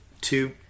two